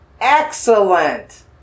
Excellent